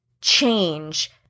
change